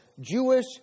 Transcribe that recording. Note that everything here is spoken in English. Jewish